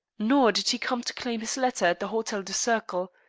nor did he come to claim his letter at the hotel du cercle.